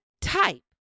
type